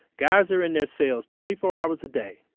guys are in their cells twenty four hours a day.